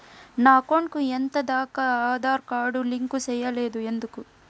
నా అకౌంట్ కు ఎంత దాకా ఆధార్ కార్డు లింకు సేయలేదు ఎందుకు